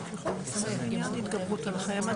ומסמך שני שיש לו,